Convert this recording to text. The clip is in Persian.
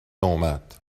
اومد